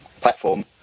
platform